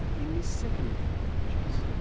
in this second of four lectures,